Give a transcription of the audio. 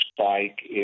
spike